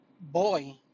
boy